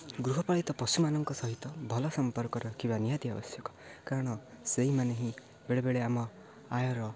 ଗୃହପାଳିତ ପଶୁମାନଙ୍କ ସହିତ ଭଲ ସମ୍ପର୍କ ରଖିବା ନିହାତି ଆବଶ୍ୟକ କାରଣ ସେଇମାନେ ହିଁ ବେଳେ ବେଳେ ଆମ ଆୟର